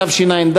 התשע"ד,